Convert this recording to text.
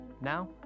Now